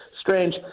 strange